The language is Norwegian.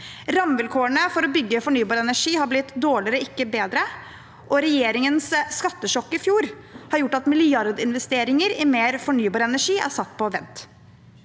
Rammevilkårene for å bygge fornybar energi har blitt dårligere, ikke bedre, og regjeringens skattesjokk i fjor har gjort at milliardinvesteringer i mer fornybar energi er satt på vent.